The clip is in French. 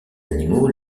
animaux